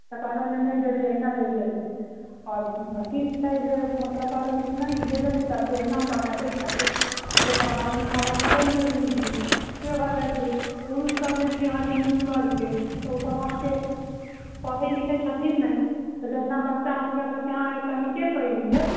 तऽ कहलनि जे नहि देबै एहिना रहि जेतै आओर किछु छै जे मतलब कहलक कि जे देबे नहि करतै ओहिना कमेतै खेतै ओते पढ़ायब लिखायबके कोन जरूरी छै से भऽ जाइ छै पुरुष सभ जे छै अहाँके निम्न बर्गके ओ सभ अहाँके पढ़ै लिखै छथिन नहि तऽ जहिना बच्चा हुनका सभके अहाँके कनिके पैघ भेल